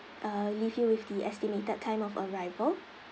uh leave you with the estimated time of arrival